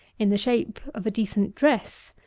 in the shape of a decent dress,